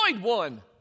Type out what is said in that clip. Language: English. one